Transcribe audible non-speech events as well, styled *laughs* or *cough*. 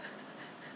*laughs* oh dear